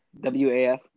WAF